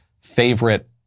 favorite